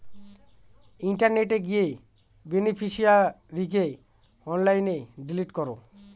ইন্টারনেটে গিয়ে বেনিফিশিয়ারিকে অনলাইনে ডিলিট করো